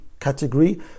category